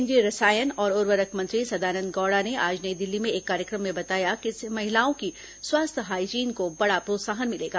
केंद्रीय रसायन और ऊर्वरक मंत्री सदानंद गौड़ा ने आज नई दिल्ली में एक कार्यक्रम में बताया कि इससे महिलाओं की स्वास्थ्य हाईजीन को बड़ा प्रोत्साहन मिलेगा